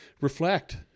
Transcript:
reflect